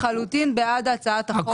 אנחנו לחלוטין בעד הצעת החוק.